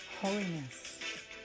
holiness